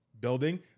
building